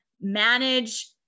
manage